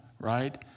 right